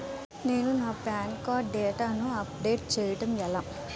నేను నా PAN card డేటాను అప్లోడ్ చేయడం ఎలా?